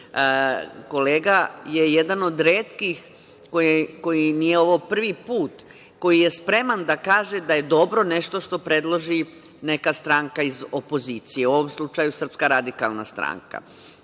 Kolega je jedan od retkih, nije ovo prvi put, koji je spreman da kaže da je dobro nešto što predloži neka stranka iz opozicije, u ovom slučaju SRS.Zaista ne treba